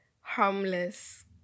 harmless